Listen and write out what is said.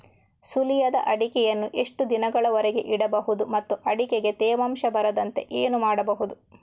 ಸುಲಿಯದ ಅಡಿಕೆಯನ್ನು ಎಷ್ಟು ದಿನಗಳವರೆಗೆ ಇಡಬಹುದು ಮತ್ತು ಅಡಿಕೆಗೆ ತೇವಾಂಶ ಬರದಂತೆ ಏನು ಮಾಡಬಹುದು?